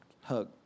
Hug